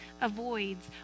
avoids